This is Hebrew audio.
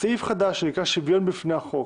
סעיף חדש, שנקרא שוויון בפני החוק,